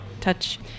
touch